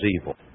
evil